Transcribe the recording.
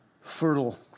fertile